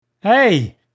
Hey